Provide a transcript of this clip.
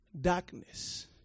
darkness